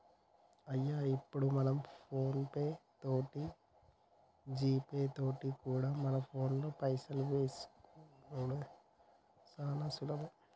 అయ్యో ఇప్పుడు మనం ఫోన్ పే తోటి జీపే తోటి కూడా మన ఫోన్లో పైసలు వేసుకునిడు సానా సులభం